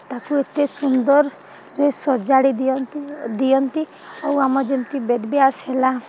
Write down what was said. ତାକୁ ଏତେ ସୁନ୍ଦରରେ ସଜାଡ଼ି ଦିଅନ୍ତି ଦିଅନ୍ତି ଆଉ ଆମ ଯେମିତି ବେଦଭ୍ୟାସ ହେଲା